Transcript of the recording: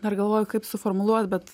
dar galvoju kaip suformuluot bet